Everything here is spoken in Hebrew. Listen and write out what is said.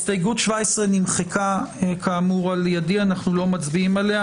הסתייגות 17 נמחקה כאמור על-ידי ואנחנו לא מצביעים עליה.